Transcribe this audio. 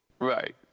Right